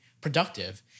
productive